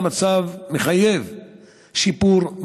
המצב מחייב שיפור,